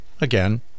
again